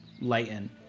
lighten